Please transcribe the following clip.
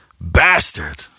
Bastard